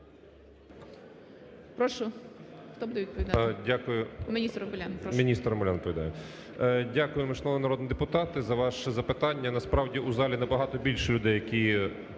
Прошу. Хто буде відповідати? Міністр Омелян. Прошу.